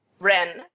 Ren